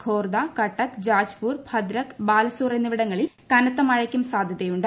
ഖോർദ കട്ടക്ക് ജാജ്പൂർ ഭദ്രക് ബാലസോർ എന്നീപ്പിടങ്ങളിൽ കനത്ത മഴയ്ക്കും സാധ്യതയുണ്ട്